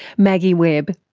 maggie webb.